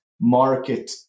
market